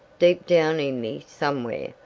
deep down in me somewhere,